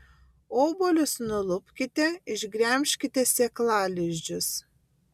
obuolius nulupkite išgremžkite sėklalizdžius